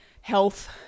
health